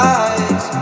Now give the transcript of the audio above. eyes